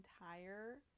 entire